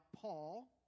Paul